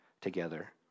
together